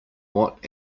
what